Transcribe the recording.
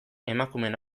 emakumeen